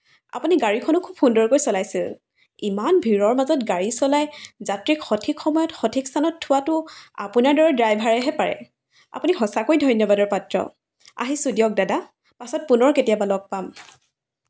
আপুনি গাড়ীখনো খুব সুন্দৰকৈ চলাইছে ইমান ভিৰৰ মাজত গাড়ী চলাই যাত্ৰীক সঠিক সময়ত সঠিক স্থানত থোৱাটো আপোনাৰ দৰে ড্ৰাইভাৰেহে পাৰে আপুনি সঁচাকৈ ধন্যবাদৰ পাত্ৰ আহিছো দিয়ক দাদা পাছত পুনৰ কেতিয়াবা লগ পাম